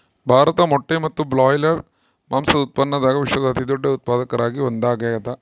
ಭಾರತ ಮೊಟ್ಟೆ ಮತ್ತು ಬ್ರಾಯ್ಲರ್ ಮಾಂಸದ ಉತ್ಪಾದನ್ಯಾಗ ವಿಶ್ವದ ಅತಿದೊಡ್ಡ ಉತ್ಪಾದಕರಾಗ ಒಂದಾಗ್ಯಾದ